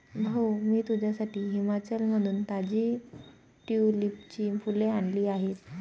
भाऊ, मी तुझ्यासाठी हिमाचलमधून ताजी ट्यूलिपची फुले आणली आहेत